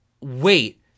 wait